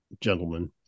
gentlemen